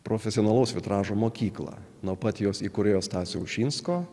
profesionalaus vitražo mokyklą nuo pat jos įkūrėjo stasio ušinsko